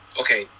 okay